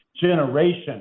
generation